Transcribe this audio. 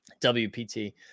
WPT